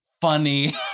funny